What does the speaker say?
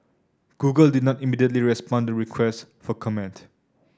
Google did not immediately respond to requests for comment